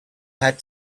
had